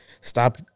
Stop